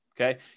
okay